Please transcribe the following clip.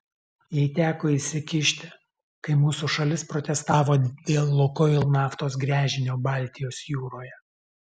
jai teko įsikišti kai mūsų šalis protestavo dėl lukoil naftos gręžinio baltijos jūroje